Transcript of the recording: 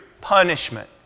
punishment